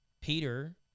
Peter